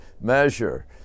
measure